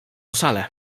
salę